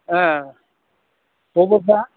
खबरफ्रा